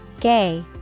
Gay